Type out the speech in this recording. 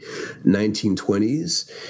1920s